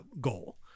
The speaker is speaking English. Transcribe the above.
goal